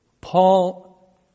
Paul